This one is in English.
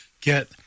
get